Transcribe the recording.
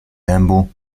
dębu